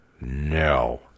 no